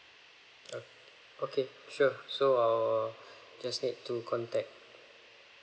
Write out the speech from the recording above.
oh okay sure so err just need to contact